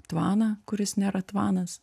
tvaną kuris nėra tvanas